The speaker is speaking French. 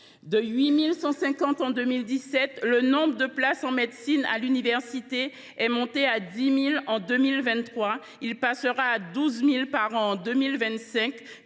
De 8 150 en 2017, le nombre de places en médecine à l’université est passé à 10 000 en 2023. Il augmentera à 12 000 places par an en 2025,